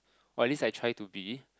while at least I try to be